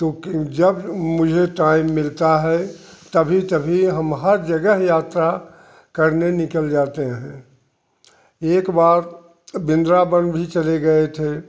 जब मुझे टाइम मिलता है तभी तभी हम हर जगह यात्रा करने निकल जाते हैं एक बार वृंदावन भी चले गए थे